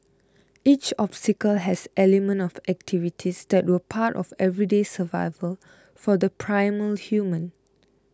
each obstacle has elements of activities that were part of everyday survival for the primal human